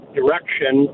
direction